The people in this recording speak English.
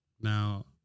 Now